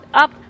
up